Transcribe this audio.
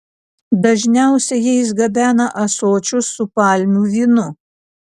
dažniausiai jais gabena ąsočius su palmių vynu